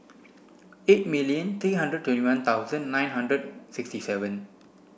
eight million three hundred twenty one thousand nine hundred sixty seven